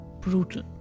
brutal